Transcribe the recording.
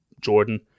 Jordan